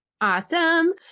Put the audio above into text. Awesome